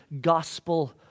gospel